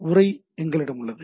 உறை எங்களிடம் உள்ளது